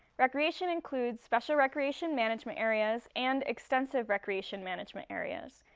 recreation includes special recreation management areas and extensive recreation management areas.